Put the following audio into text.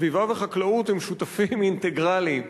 סביבה וחקלאות הן שותפים אינטגרליים,